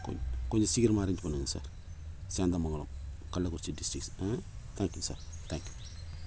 கொ கொஞ்சம் சீக்கிரமாக அரேஞ்ச் பண்ணுங்கள் sir Sendamangalam Kallakurichi district sir ஆ தேங்க்யூ சார் தேங்க்யூ